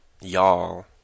y'all